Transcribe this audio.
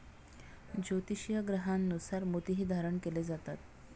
ज्योतिषीय ग्रहांनुसार मोतीही धारण केले जातात